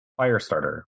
Firestarter